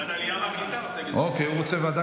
איזה ועדה?